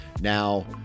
Now